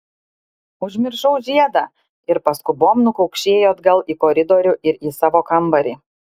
užmiršau žiedą ir paskubom nukaukšėjo atgal į koridorių ir į savo kambarį